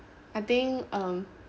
I think um